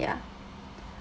ya